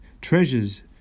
treasures